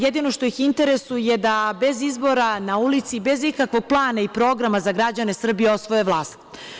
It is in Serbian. Jedino što ih interesuje da bez izbora na ulici, bez ikakvog plana i programa za građane Srbije osvoje vlast.